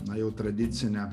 na jau tradicinę